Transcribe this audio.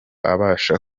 abasha